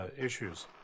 issues